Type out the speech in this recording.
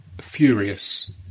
furious